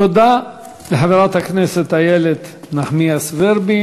תודה לחברת הכנסת איילת נחמיאס ורבין.